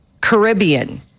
Caribbean